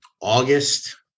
August